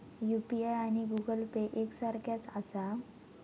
UPI आणि Google pay एक सारख्याच आसा?